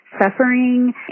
suffering